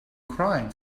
crying